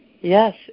Yes